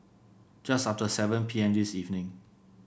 just after seven P M this evening